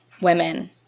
Women